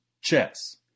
chess